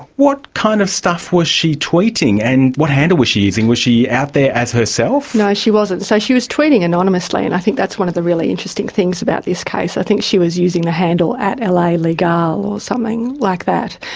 what kind of stuff was she tweeting and what handle was she using? was she out there as herself? no, she wasn't. so she was tweeting anonymously and i think that's one of the really interesting things about this case. i think she was using the handle at ah lalegale or something like that,